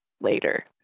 later